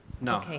No